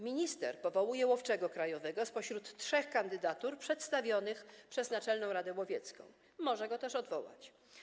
Minister powołuje łowczego krajowego spośród trzech kandydatur przedstawionych przez Naczelną Radę Łowiecką, może go też odwołać.